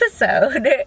episode